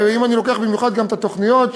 ואם אני לוקח במיוחד גם את התוכניות,